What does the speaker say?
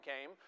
came